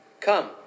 Come